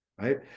Right